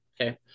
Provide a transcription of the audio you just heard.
okay